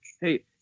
Hey